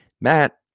Matt